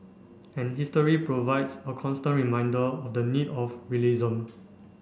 and history provides a constant reminder of the need of realism